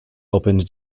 opened